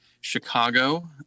Chicago